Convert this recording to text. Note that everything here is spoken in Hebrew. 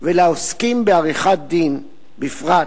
והעוסקים בעריכת-דין בפרט,